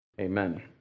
Amen